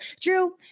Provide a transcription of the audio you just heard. Drew